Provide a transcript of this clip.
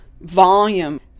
volume